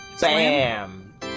Bam